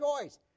choice